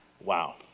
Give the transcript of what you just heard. wow